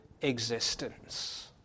existence